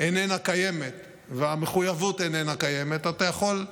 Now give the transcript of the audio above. איננה קיימת והמחויבת איננה קיימת, אתה יכול,